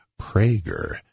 Prager